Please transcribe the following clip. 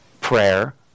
prayer